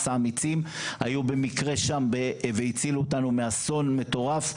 האמיצים היו במקרה שם והצילו אותנו מאסון מטורף,